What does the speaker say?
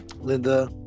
Linda